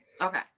Okay